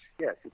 Yes